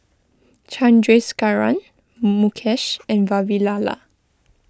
Chandrasekaran Mukesh and Vavilala